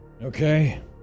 Okay